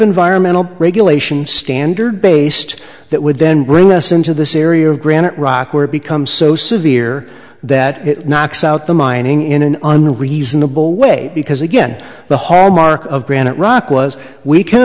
environmental regulation standard based that would then bring us into this area of granite rock or become so severe that it knocks out the mining in an unreasonable way because again the hallmark of granite rock was we can